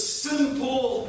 simple